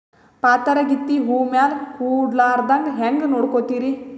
ಪಾತರಗಿತ್ತಿ ಹೂ ಮ್ಯಾಲ ಕೂಡಲಾರ್ದಂಗ ಹೇಂಗ ನೋಡಕೋತಿರಿ?